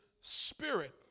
spirit